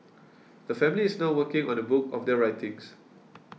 the family is now working on a book of their writings